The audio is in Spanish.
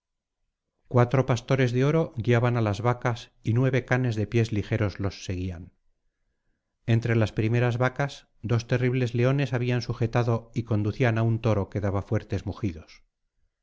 cuatro pastores de oro guiaban á las vacas y nueve canes de pies ligeros los seguían entre las primeras vacas dos terribles leones habían sujetado y conducían á un toro que daba fuertes mugidos